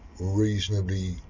reasonably